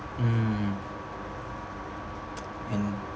mm I know